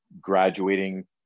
graduating